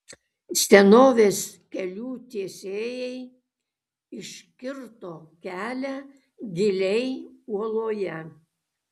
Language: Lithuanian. senovės kelių tiesėjai iškirto kelią giliai uoloje